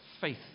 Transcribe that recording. faith